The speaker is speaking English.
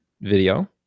video